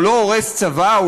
הוא לא הורס צבא.